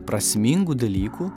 prasmingų dalykų